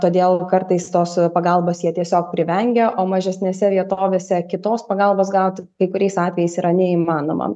todėl kartais tos pagalbos jie tiesiog privengia o mažesnėse vietovėse kitos pagalbos gauti kai kuriais atvejais yra neįmanoma